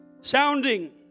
sounding